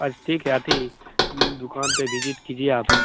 अच्छा ठीक है अथी दुकान पर विजिट कीजिए आप